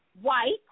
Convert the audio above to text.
white